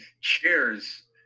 Cheers